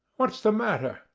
what's the matter?